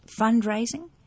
fundraising